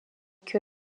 que